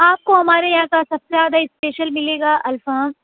آپ کو ہمارے یہاں کا سب سے زیادہ اسپیشل ملے گا الفام